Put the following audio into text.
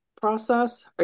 process